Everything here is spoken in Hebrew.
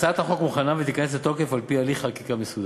הצעת החוק מוכנה ותיכנס לתוקף על-פי הליך חקיקה מסודר.